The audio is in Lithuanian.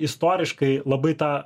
istoriškai labai ta